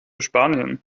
spanien